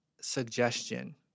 suggestion